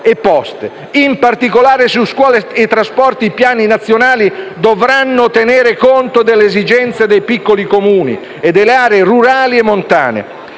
In particolare, su scuole e trasporti i piani nazionali dovranno tenere conto delle esigenze dei piccoli Comuni e delle aree rurali e montane.